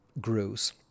grows